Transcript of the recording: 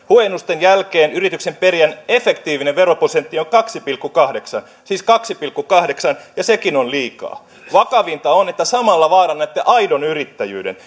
huojennusten jälkeen yrityksen perijän efektiivinen veroprosentti on kaksi pilkku kahdeksan siis kaksi pilkku kahdeksan ja sekin on liikaa vakavinta on että samalla vaarannatte aidon yrittäjyyden